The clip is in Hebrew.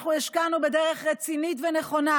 אנחנו השקענו בדרך רצינית ונכונה,